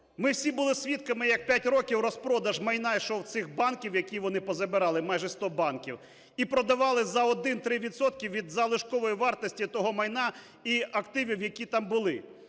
Ми всі були свідками, як п'ять років розпродаж майна йшов цих банків, які вони позабирали, майже 100 банків, і продавали за 1-3 відсотки від залишкової вартості того майна і активів, які там були.